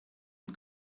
und